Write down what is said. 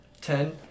Ten